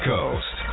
Coast